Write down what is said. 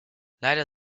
leider